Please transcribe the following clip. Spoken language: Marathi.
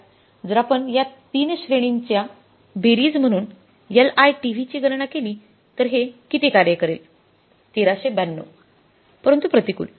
जर आपण या 3 श्रेणींच्या बेरीज म्हणून LITV ची गणना केली तर हे किती कार्य करेल 1392 परंतु प्रतिकूल